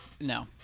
no